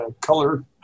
color